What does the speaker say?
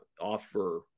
offer